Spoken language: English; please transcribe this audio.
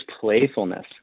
playfulness